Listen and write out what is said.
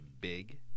big